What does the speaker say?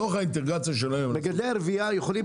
בתוך האינטגרציה שלהם --- מגדלי הרבייה יכולים